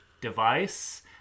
device